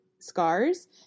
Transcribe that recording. scars